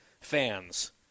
fans